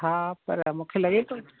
हा पर मूंखे लॻे थो